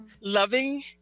loving